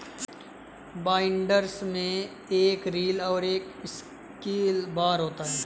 binders में एक reel और एक सिकल बार होता है